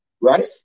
Right